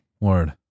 word